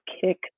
kick